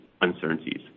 uncertainties